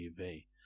TV